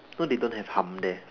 no they don't have hum there